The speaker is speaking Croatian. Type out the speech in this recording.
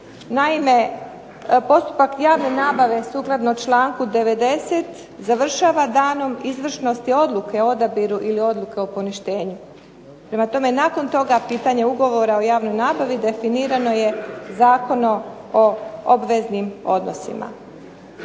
Naime, postupak javne nabave sukladno članku 90. završava danom izvršnosti odluke o odabiru ili odluke o poništenju. Prema tome, nakon toga pitanje ugovora o javnoj nabavi definirano je Zakonom o obveznim odnosima.